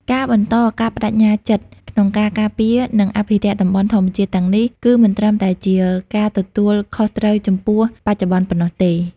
ការបន្តការប្តេជ្ញាចិត្តក្នុងការការពារ និងអភិរក្សតំបន់ធម្មជាតិទាំងនេះ គឺមិនត្រឹមតែជាការទទួលខុសត្រូវចំពោះបច្ចុប្បន្នប៉ុណ្ណោះទេ។